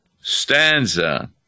stanza